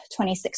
26